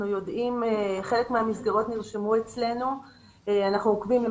חלק מהמסגרות נרשמו אצלנו ואנחנו עוקבים.